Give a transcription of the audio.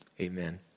amen